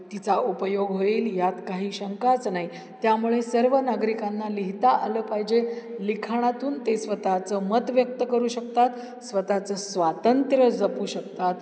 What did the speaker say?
तिचा उपयोग होईल यात काही शंकाच नाही त्यामुळे सर्व नागरिकांना लिहिता आलं पाहिजे लिखाणातून ते स्वतःचं मत व्यक्त करू शकतात स्वतःचं स्वातंत्र्य जपू शकतात